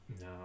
no